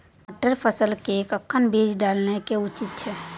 मटर फसल के कखन बीज डालनाय उचित छै?